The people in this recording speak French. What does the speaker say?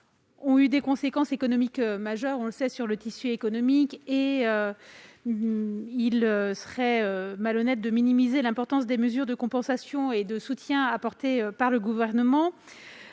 ont eu des conséquences économiques majeures sur le tissu économique de notre pays. S'il serait malhonnête de minimiser l'importance des mesures de compensation et de soutien apportées par le Gouvernement,